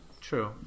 True